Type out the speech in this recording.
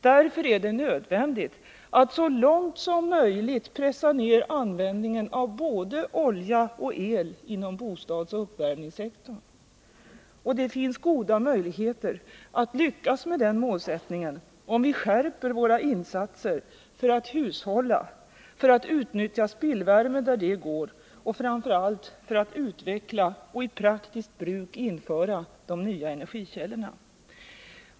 Det är därför nödvändigt att så långt som möjligt pressa ner användningen av både olja och el inom bostadsoch uppvärmningssektorn. Det finns goda möjligheter att lyckas med den målsättningen, om vi skärper våra insatser för att hushålla, utnyttja spillvärme där det går och framför allt utveckla och i praktiskt bruk införa de nya energikällorna.